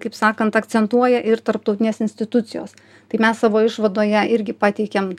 kaip sakant akcentuoja ir tarptautinės institucijos tai mes savo išvadoje irgi pateikėm